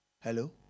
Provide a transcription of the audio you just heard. hello